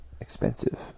expensive